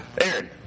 Aaron